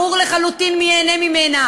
ברור לחלוטין מי ייהנה ממנה,